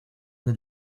del